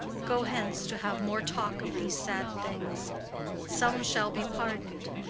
go hence, to have more talk of these sad things some shall be pardon'd,